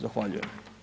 Zahvaljujem.